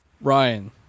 Ryan